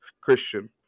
Christian